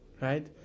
right